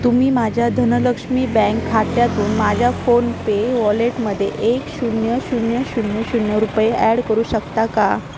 तुम्ही माझ्या धनलक्ष्मी बँक खात्यातून माझ्या फोनपे वॉलेटमध्ये एक शून्य शून्य शून्य शून्य रुपये ॲड करू शकता का